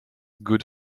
good